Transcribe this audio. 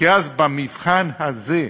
כי אז במבחן הזה,